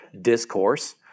discourse